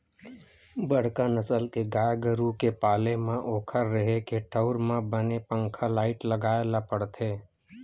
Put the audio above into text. बड़का नसल के गाय गरू के पाले म ओखर रेहे के ठउर म बने पंखा, लाईट लगाए ल परथे